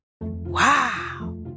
Wow